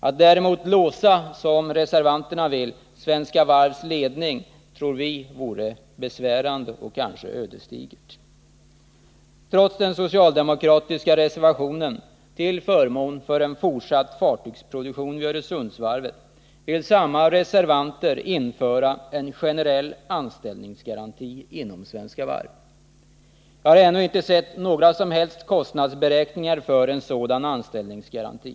Att däremot, som reservanterna vill, låsa Svenska Varvs ledning tror vi skulle vara besvärande och kanske ödesdigert. Trots den socialdemokratiska reservationen till förmån för en fortsatt fartygsproduktion vid Öresundsvarvet vill samma reservanter införa en generell anställningsgaranti inom Svenska Varv. Jag har ännu inte sett några som helst kostnadsberäkningar för en sådan anställningsgaranti.